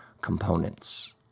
components